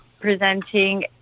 presenting